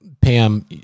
Pam